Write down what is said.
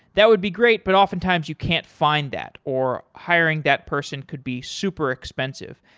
that would be great but oftentimes you can't find that or hiring that person could be super expensive.